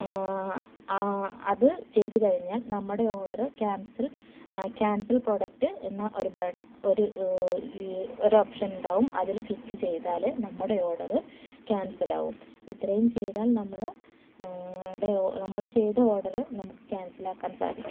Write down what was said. അത് ചെയ്ത് കഴിഞ്ഞാൽ നമ്മുടെ ഓർഡറ് ക്യാൻസൽ ക്യാൻസൽ പ്രോഡക്റ്റ് എന്ന ഒരുപാ ഒരു ഈ ഒരു ഓപ്ഷൻ ഉണ്ടാകും അതിൽ ക്ലിക്ക് ചെയ്താൽ നമ്മുടെ ഓർഡറ് ക്യാൻസൽ ആകും ഇത്രയും ചെയ്താൽ നമ്മൾ ഇവിടെ നമ്മൾ ചെയ്ത ഓർഡറ് നമുക്ക് ക്യാൻസൽ ആക്കാൻ സാധിക്കും